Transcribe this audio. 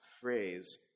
phrase